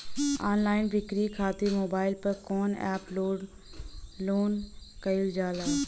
Online बिक्री खातिर mobile पर कवना एप्स लोन कईल जाला?